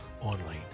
online